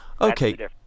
Okay